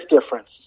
difference